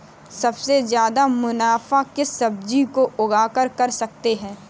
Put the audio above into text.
सबसे ज्यादा मुनाफा किस सब्जी को उगाकर कर सकते हैं?